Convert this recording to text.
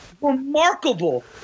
remarkable